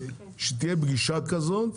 שתהיה פגישה כזאת.